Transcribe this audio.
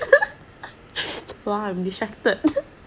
!wow! I'm excited